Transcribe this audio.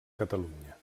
catalunya